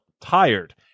tired